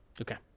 Okay